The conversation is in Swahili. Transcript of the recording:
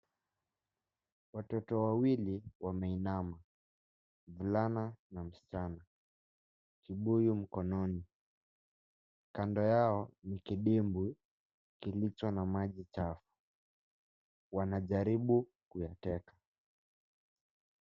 Watoto wawili wameinama, mvulana na msichana, kibuyu mkononi. Kando yao ni kidimbwi kilicho na maji chafu, wanajaribu kuyateka.